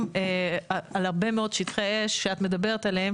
על שטחי אש על הרבה מאוד שטחי אש שאת מדברת עליהם